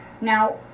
now